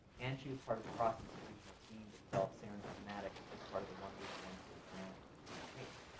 and she was part of the cross-institutional team that developed serendip-o-matic as part of the one week, one tool grant from and